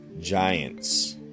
giants